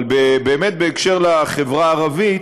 אבל בקשר לחברה הערבית